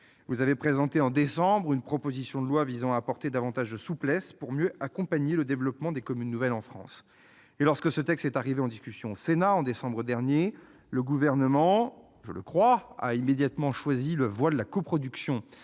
Vous avez présenté en décembre, madame la sénatrice, une proposition de loi visant à apporter davantage de souplesse pour mieux accompagner le développement des communes nouvelles en France. Lorsque ce texte est arrivé en discussion au Sénat, en décembre dernier, le Gouvernement a immédiatement choisi la voie de la coproduction